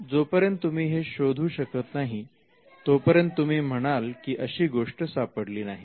जोपर्यंत तुम्ही हे शोधू शकत नाही तोपर्यंत तुम्ही म्हणाल की अशी गोष्ट सापडली नाही